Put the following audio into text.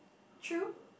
true